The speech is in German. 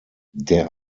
der